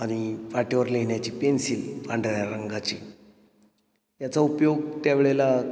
आणि पाटीवर लिहिण्याची पेन्सिल पांढऱ्या रंगाची याचा उपयोग त्यावेळेला